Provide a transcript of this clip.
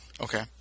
okay